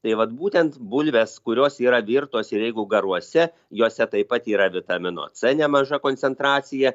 tai vat būtent bulvės kurios yra virtos ir jeigu garuose jose taip pat yra vitamino c nemaža koncentracija